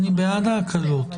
אני בעד ההקלות.